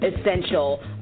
essential